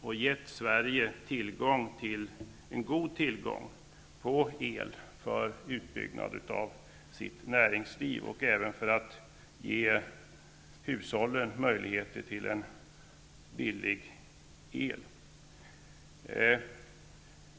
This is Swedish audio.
Sverige har därigenom haft en god tillgång på el för utbyggnad av näringslivet och även för att ge hushållen tillgång till billig el.